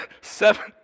seven